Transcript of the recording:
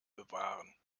bewahren